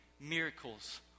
miracles